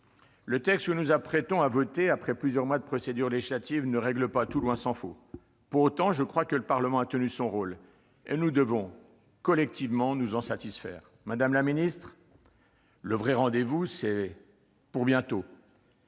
Le texte que nous nous apprêtons à voter après plusieurs mois de procédure législative ne règle pas tout, tant s'en faut. Pour autant, je crois que le Parlement a tenu son rôle, et nous devons collectivement nous en satisfaire. Madame la ministre, le vrai rendez-vous est pour bientôt